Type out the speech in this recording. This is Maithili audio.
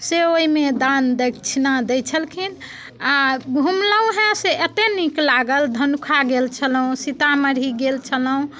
से ओहिमे दान दक्षिणा दै छलखिन आ घूमलहुँ हँ से एतेक नीक लागल धनुखा गेल छलहुँ सीतामढ़ी गेल छलहुँ